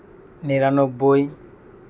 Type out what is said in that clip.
ᱱᱤᱨᱟᱱᱱᱚᱵᱳᱭ